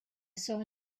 saw